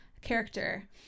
character